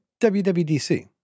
WWDC